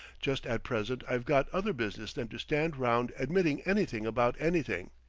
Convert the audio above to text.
just at present i've got other business than to stand round admitting anything about anything.